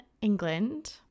England